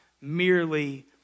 merely